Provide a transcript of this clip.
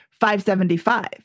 575